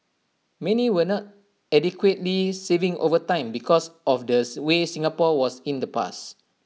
many were not adequately saving over time because of the way Singapore was in the past